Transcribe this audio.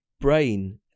brain